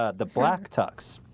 ah the black tux